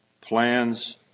plans